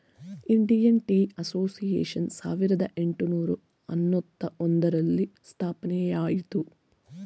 Indian tea association ಸಾವಿರದ ಏಟುನೂರ ಅನ್ನೂತ್ತ ಒಂದರಲ್ಲಿ ಸ್ಥಾಪನೆಯಾಯಿತು